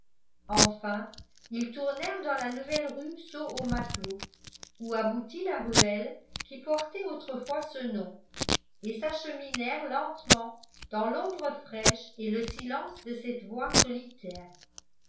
enfin ils tournèrent dans la nouvelle rue saut au matelot où aboutit la ruelle qui portait autrefois ce nom et s'acheminèrent lentement dans l'ombre fraîche et le silence de cette voie solitaire